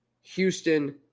Houston